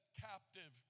captive